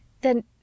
Then—